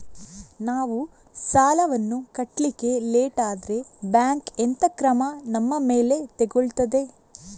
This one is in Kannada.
ನಾವು ಸಾಲ ವನ್ನು ಕಟ್ಲಿಕ್ಕೆ ಲೇಟ್ ಆದ್ರೆ ಬ್ಯಾಂಕ್ ಎಂತ ಕ್ರಮ ನಮ್ಮ ಮೇಲೆ ತೆಗೊಳ್ತಾದೆ?